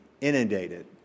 inundated